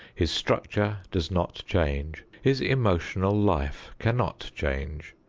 his structure does not change his emotional life cannot change.